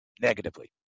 negatively